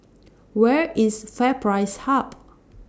Where IS FairPrice Hub